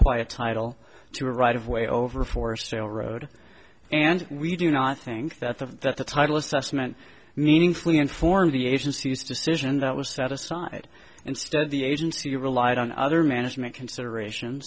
quiet title to a right of way over for sale road and we do not think that the that the title assessment meaningfully informed the agency's decision that was set aside instead the agency relied on other management consideration